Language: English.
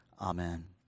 Amen